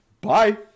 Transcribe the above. Bye